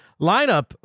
lineup